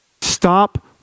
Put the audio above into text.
Stop